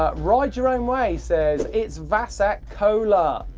ah rideyourownway says, it's vasek kolar,